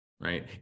right